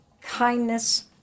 kindness